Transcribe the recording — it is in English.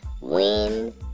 win